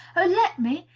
oh, let me,